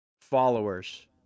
followers